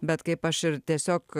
bet kaip aš ir tiesiog